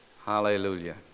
Hallelujah